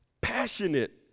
passionate